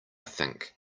think